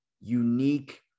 unique